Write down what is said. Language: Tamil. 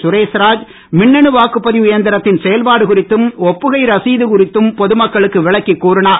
சுரேஷ் ராஜ் பொது மக்களுக்கு மின்னணு வாக்குப்பதிவு எந்திரத்தின் செயல்பாடு குறித்தும் ஒப்புகை ரசீது குறித்தும் பொது மக்களுக்கு விளக்கி கூறினார்